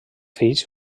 fills